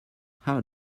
how